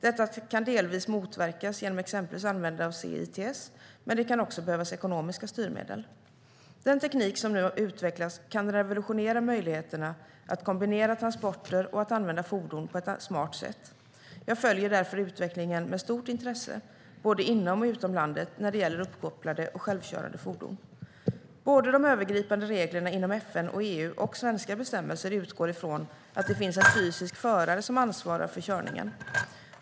Detta kan delvis motverkas genom exempelvis användande av C-ITS, men det kan också behövas ekonomiska styrmedel. Den teknik som nu utvecklas kan revolutionera möjligheterna att kombinera transporter och att använda fordon på ett smart sätt. Jag följer därför utvecklingen med stort intresse, både inom och utom landet, när det gäller uppkopplade och självkörande fordon. Såväl de övergripande reglerna inom FN och EU som svenska bestämmelser utgår från att det finns en fysisk förare som ansvarar för körningen.